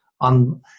on